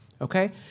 okay